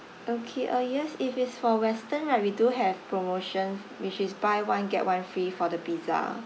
okay uh yes if it's for western right we do have promotion which is buy one get one free for the pizza